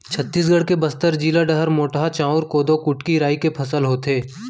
छत्तीसगढ़ के बस्तर जिला डहर मोटहा चाँउर, कोदो, कुटकी, राई के फसल होथे